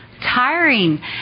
tiring